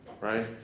Right